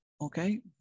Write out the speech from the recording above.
Okay